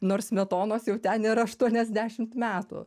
nors smetonos jau ten nėra aštuoniasdešimt metų